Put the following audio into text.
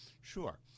Sure